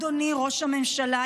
אדוני ראש הממשלה,